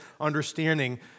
understanding